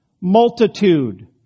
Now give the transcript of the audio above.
multitude